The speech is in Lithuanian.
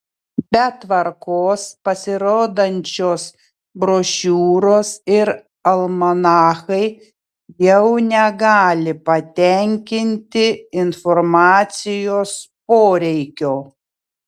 be tvarkos pasirodančios brošiūros ir almanachai jau negali patenkinti informacijos poreikio